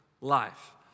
life